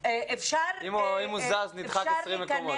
אם הוא זז, נדחק 20 מקומות?